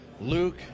Luke